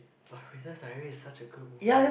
[wah] Princess Diary is such a good movie